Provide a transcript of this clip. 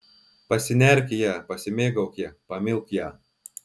pasinerk į ją pasimėgauk ja pamilk ją